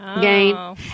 game